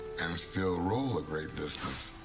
and still roll a great distance.